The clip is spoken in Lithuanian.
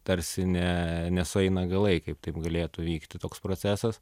tarsi ne nesueina galai kaip taip galėtų vykti toks procesas